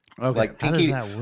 Okay